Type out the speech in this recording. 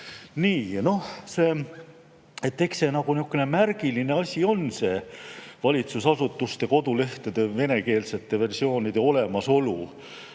kodulehte. Eks see nagu nihukene märgiline asi on, see valitsusasutuste kodulehtede venekeelsete versioonide olemasolu.